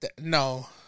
No